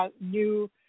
new